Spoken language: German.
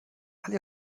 alle